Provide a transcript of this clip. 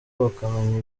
bakamenya